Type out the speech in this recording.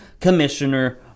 commissioner